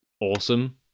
awesome